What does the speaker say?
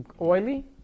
Oily